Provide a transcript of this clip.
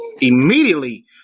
immediately